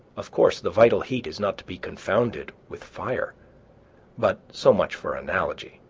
of course the vital heat is not to be confounded with fire but so much for analogy.